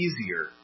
easier